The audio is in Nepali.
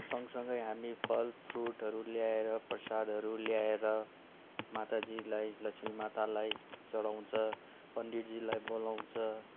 सँगसँगै हामी फल फ्रुटहरू ल्याएर प्रसादहरू ल्याएर माताजीलाई लक्ष्मी मातालाई चढाउँछ पण्डितजीलाई बोलाउँछ